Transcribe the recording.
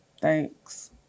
thanks